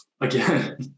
Again